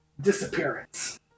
disappearance